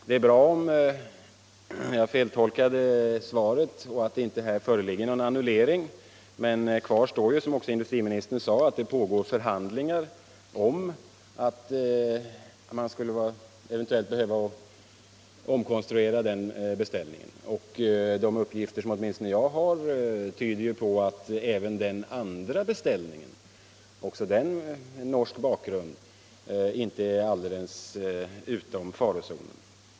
Det är bra om jag har feltolkat svaret och att det inte föreligger någon annullering, men kvar står ju — som också industriministern sade — att det pågår förhandlingar om att man eventuellt skulle behöva omkonstruera den här beställningen. De uppgifter som åtminstone jag har tyder på att även den andra beställningen —- också den med norsk bakgrund —- inte är alldeles utom farozonen.